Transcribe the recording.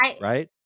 right